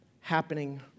happening